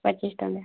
ପଚିଶ ଟଙ୍କା